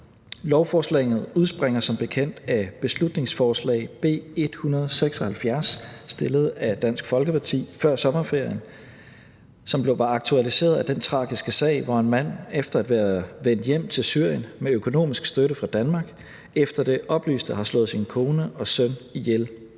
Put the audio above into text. Lovforslaget udspringer som bekendt af beslutningsforslag B 176, fremsat af Dansk Folkeparti før sommerferien. Det var aktualiseret af den tragiske sag, hvor en mand efter at være vendt hjem til Syrien med økonomisk støtte fra Danmark efter det oplyste har slået sin kone og søn ihjel.